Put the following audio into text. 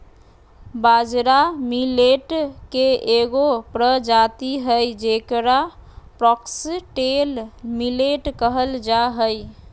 बाजरा मिलेट के एगो प्रजाति हइ जेकरा फॉक्सटेल मिलेट कहल जा हइ